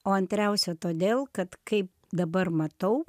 o antriausia todėl kad kaip dabar matau